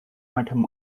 item